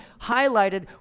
highlighted